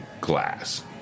glass